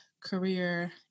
career